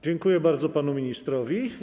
Dziękuję bardzo panu ministrowi.